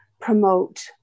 promote